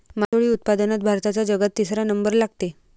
मासोळी उत्पादनात भारताचा जगात तिसरा नंबर लागते